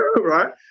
Right